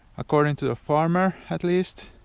according to a farmer at least.